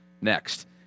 next